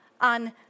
on